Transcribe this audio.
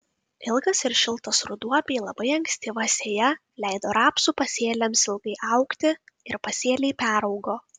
ilgas ir šiltas ruduo bei labai ankstyva sėja leido rapsų pasėliams ilgai augti ir pasėliai peraugo